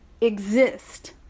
exist